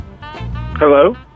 Hello